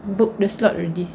book the slot already